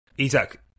Isaac